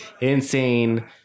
insane